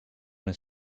his